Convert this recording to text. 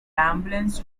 ambulance